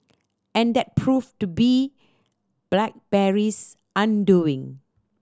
and that proved to be BlackBerry's undoing